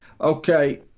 Okay